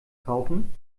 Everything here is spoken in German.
kaufen